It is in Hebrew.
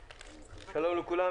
שלום לכולם,